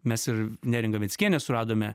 mes ir neringą venckienę suradome